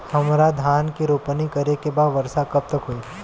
हमरा धान के रोपनी करे के बा वर्षा कब तक होई?